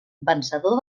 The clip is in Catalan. vencedor